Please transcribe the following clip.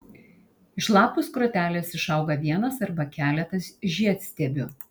iš lapų skrotelės išauga vienas arba keletas žiedstiebių